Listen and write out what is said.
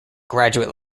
graduate